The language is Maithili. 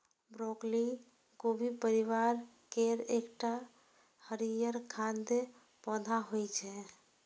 ब्रोकली गोभी परिवार केर एकटा हरियर खाद्य पौधा होइ छै